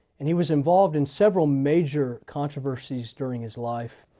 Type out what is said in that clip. and he was involved in several major controversies during his life,